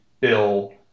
Bill